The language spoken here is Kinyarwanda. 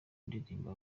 ndirimbo